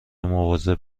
مواظب